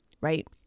right